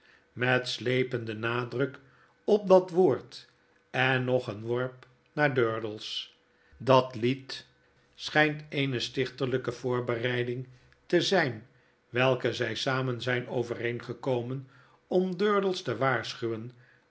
met slependen nadruk op dat woord en nog een worp naar durdels dat lied schijnt eene dichterlyke voorbereiding te zyn welke zy samen zyn overeengekomen ora durdels te waarschuwen